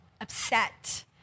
upset